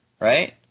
right